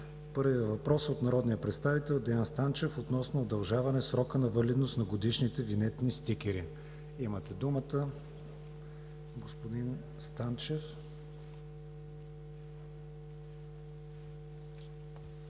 Първият въпрос е от народния представител Деан Станчев относно удължаване срока на валидност на годишните винетни стикери. Имате думата, господин Станчев.